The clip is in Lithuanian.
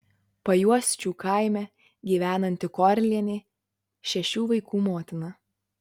pajuosčių kaime gyvenanti korlienė šešių vaikų motina